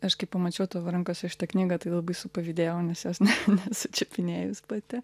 aš kai pamačiau tavo rankose šitą knygą tai labai supavydėjau nes jos ne nesu čiupinėjus pati